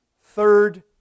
Third